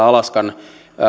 alaskan